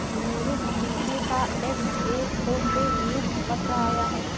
मेरे भतीजे का एफ.ए.ओ से नियुक्ति पत्र आया है